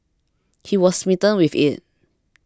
he was smitten with it